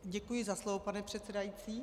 Děkuji za slovo, pane předsedající.